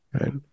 right